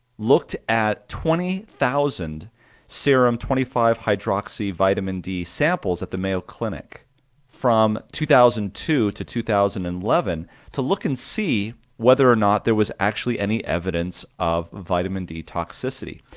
looked at twenty thousand serum twenty five hydroxy vitamin d samples at the mayo clinic from two thousand and two to two thousand and eleven to look and see whether or not there was actually any evidence of vitamin d toxicity,